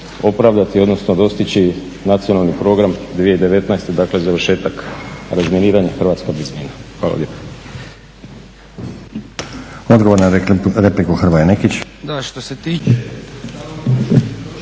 opravdati, odnosno dostići nacionalni program 2019., dakle završetak razminiranja Hrvatska bez mina. Hvala lijepa.